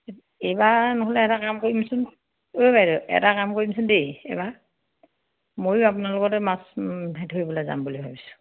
এইবাৰ নহ'লে এটা কাম কৰিমচোন ঐ বাইদেউ এটা কাম কৰিমচোন দেই এইবাৰ ময়ো আপোনালোকতে মাছ ধৰিবলে যাম বুলি ভাবিছোঁ